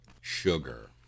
sugar